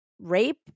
rape